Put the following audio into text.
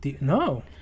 No